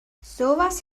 sowas